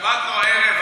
התלבטנו הערב,